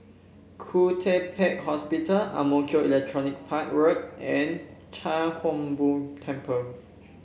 Khoo Teck Puat Hospital Ang Mo Kio Electronics Park Road and Chia Hung Boo Temple